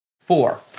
Four